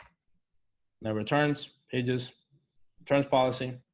now returns pages trans policy